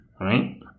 right